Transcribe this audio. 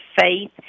faith